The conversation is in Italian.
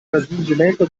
raggiungimento